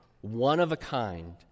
one-of-a-kind